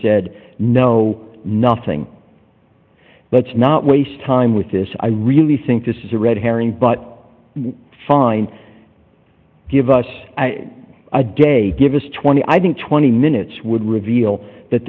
said no nothing let's not waste time with this i really think this is a red herring but fine give us a day give us twenty i think twenty minutes would reveal that